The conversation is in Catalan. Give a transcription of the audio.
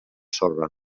sorra